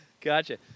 Gotcha